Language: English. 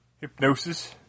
Hypnosis